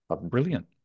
Brilliant